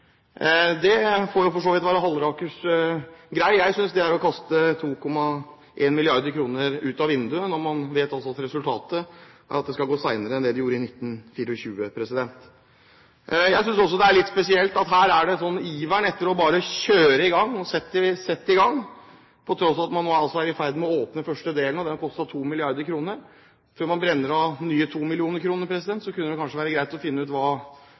for så vidt være Hallerakers greie. Jeg synes det er å kaste 2,1 mrd. kr ut av vinduet når man vet at resultatet er at det skal gå senere enn det det gjorde i 1924. Jeg synes også det er litt spesielt at det her er en sånn iver etter bare å kjøre i gang, sette i gang, på tross av at man nå er i ferd med å åpne første delen, og den kostet 2 mrd. kr. Før man brenner av nye 2 mrd. kr, kunne det kanskje være greit å finne ut hva